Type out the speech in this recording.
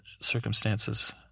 circumstances